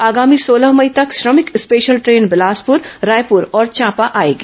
आगामी सोलह मई तक श्रमिक स्पेशल ट्रेन बिलासपुर रायपुर और चांपा आएगी